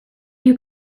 you